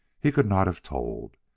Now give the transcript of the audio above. he could not have told.